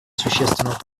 существенного